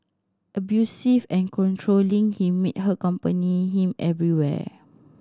abusive and controlling he made her accompany him everywhere